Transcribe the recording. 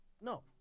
No